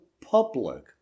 public